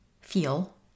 feel